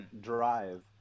drive